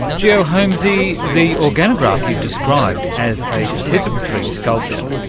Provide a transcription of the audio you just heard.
geo homsy, the organograph you've described as a participatory sculpture,